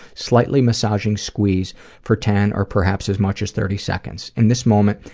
slightly massaging squeeze for ten or perhaps as much as thirty seconds. in this moment,